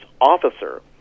officer